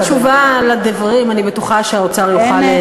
בתשובה על הדברים אני בטוחה שהאוצר יוכל,